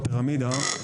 בפירמידה,